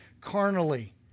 carnally